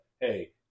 Hey